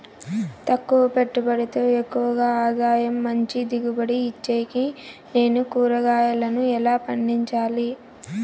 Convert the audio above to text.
తక్కువ పెట్టుబడితో ఎక్కువగా ఆదాయం మంచి దిగుబడి ఇచ్చేకి నేను కూరగాయలను ఎలా పండించాలి?